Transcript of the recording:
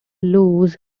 loose